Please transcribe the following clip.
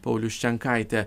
paulius čenkaitė